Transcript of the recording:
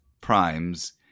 primes